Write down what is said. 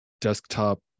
desktop